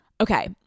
okay